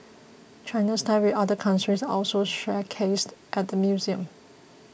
China's ties with other countries are also showcased at the museum